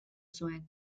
zuen